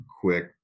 quick